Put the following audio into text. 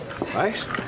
right